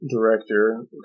director